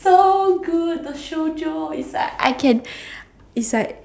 so good the shoujo it's like I can it's like